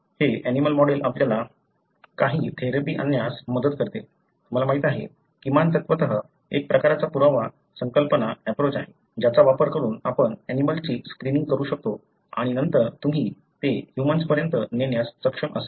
हे ऍनिमलं मॉडेल आपल्याला काही थेरपी आणण्यास मदत करते तुम्हाला माहिती आहे किमान तत्त्वतः एक प्रकारचा पुरावा संकल्पना एप्रोच आहे ज्याचा वापर करून आपण ऍनिमलंची स्क्रीनिंग करू शकतो आणि नंतर तुम्ही ते ह्यूमन्स पर्यंत नेण्यास सक्षम असाल